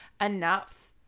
enough